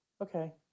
Okay